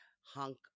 hunk